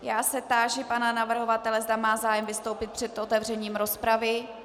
Já se táži pana navrhovatele, zda má zájem vystoupit před otevřením rozpravy.